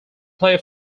play